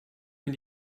mir